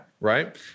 right